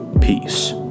Peace